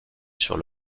sur